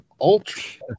Ultra